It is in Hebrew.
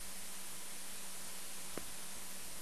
ונקיים